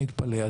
אני מתפלא,